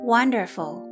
Wonderful